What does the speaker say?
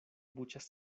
buĉas